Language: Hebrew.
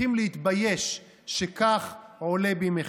צריכים להתבייש שכך עולה בימיכם.